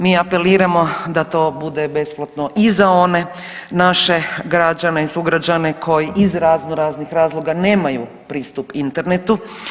Mi apeliramo da to bude besplatno i za one naše građane i sugrađane koji iz razno raznih razloga nemaju pristup internetu.